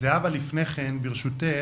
זהבה, לפני כן ברשותך,